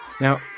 Now